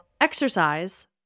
Exercise